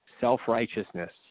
self-righteousness